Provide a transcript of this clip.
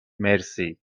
مرسی